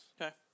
Okay